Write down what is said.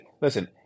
Listen